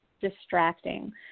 distracting